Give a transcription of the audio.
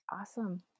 Awesome